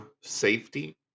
safety